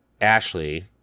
Ashley